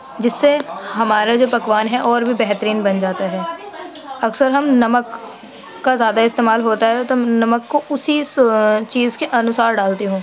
جس سے ہمارا جو پکوان ہے اور بھی بہترین بن جاتا ہے اکثر ہم نمک کا زیادہ استعمال ہوتا ہے تو نمک کو اسی چیز کے انوسار ڈالتی ہوں